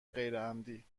غیرعمدی